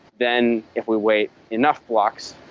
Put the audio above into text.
then if we wait enough walks,